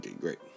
great